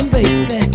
Baby